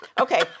Okay